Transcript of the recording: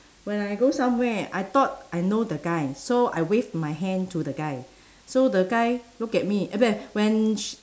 when I go somewhere I thought I know the guy so I wave my hand to the guy so the guy look at me when